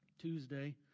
Tuesday